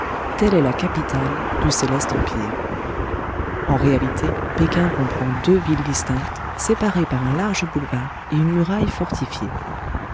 telle est la capitale du céleste empire en réalité péking comprend deux villes distinctes séparées par un large boulevard et une muraille fortifiée